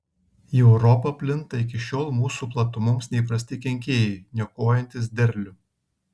į europą plinta iki šiol mūsų platumoms neįprasti kenkėjai niokojantys derlių